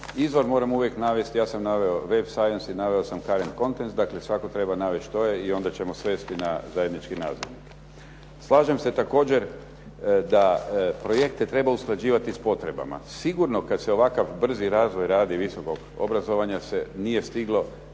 izvor moramo uvijek navesti. Ja sam naveo Web science i naveo sa Caren Countries dakle svatko treba navesti što je i onda ćemo svesti na zajednički nazivnik. Slažem se također da projekte treba usklađivati s potrebama. Sigurno kada se ovakav brzi razvoj radi visokog obrazovanja se nije stiglo usklađivati